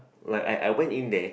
like I I went in there